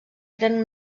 eren